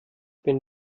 wenn